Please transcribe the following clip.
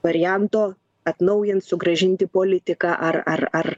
varianto atnaujint sugrąžint į politiką ar ar ar